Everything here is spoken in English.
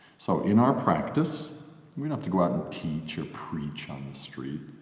so, in our practice, we don't have to go out and teach or preach on the street!